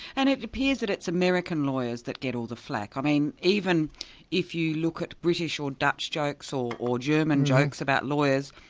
and it appears that it's american lawyers that get all the flak. even if you look at british or dutch jokes, or or german jokes about lawyers,